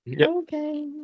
Okay